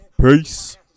Peace